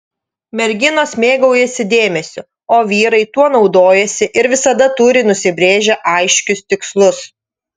merginos mėgaujasi dėmesiu o vyrai tuo naudojasi ir visada turi nusibrėžę aiškius tikslus